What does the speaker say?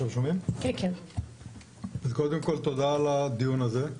קודם כל, תודה על הדיון הזה.